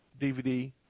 DVD